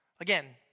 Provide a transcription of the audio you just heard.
again